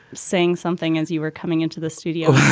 saying something as you were coming into the studio,